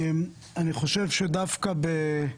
אני חושב שדווקא אנחנו